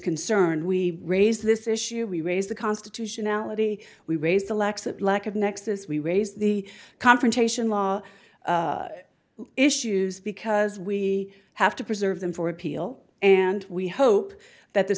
concerned we raised this issue we raised the constitutionality we raised the lexx of lack of nexus we raise the confrontation law issues because we have to preserve them for appeal and we hope that the